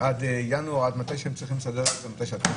עד ינואר, עד מתי שאפשר לסדר את זה.